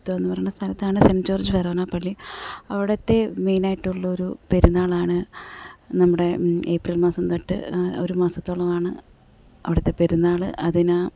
എടത്വ എന്ന് പറയുന്ന സ്ഥലത്താണ് സെൻ്റ് ജോർജ് ഫെറോണ പള്ളി അവിടുത്തെ മെയിൻ ആയിട്ടുള്ള ഒരു പെരുന്നാളാണ് നമ്മുടെ ഏപ്രിൽ മാസം തൊട്ട് ഒരു മാസത്തോളമാണ് അവിടുത്തെ പെരുന്നാള് അതിനാ